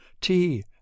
tea